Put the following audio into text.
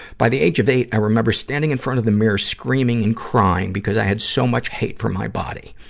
by the age of eight, i remember standing in front of the mirror screaming and crying because i had so much hate for my body.